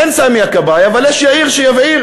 אין סמי הכבאי, אבל יש יאיר שיבעיר.